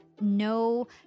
no